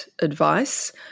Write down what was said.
advice